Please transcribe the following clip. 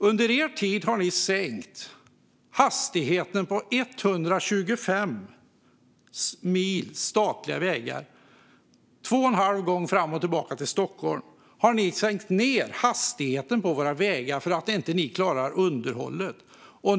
Under er tid har ni sänkt hastigheten på 125 mil statlig väg, två och en halv gång fram och tillbaka Stockholm-Göteborg, för att ni inte klarar underhållet.